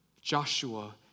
Joshua